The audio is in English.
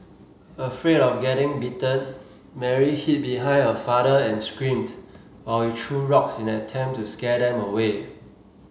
afraid of getting bitten Mary hid behind her father and screamed while he threw rocks in an attempt to scare them away